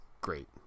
great